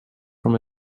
from